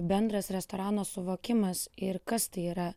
bendras restorano suvokimas ir kas tai yra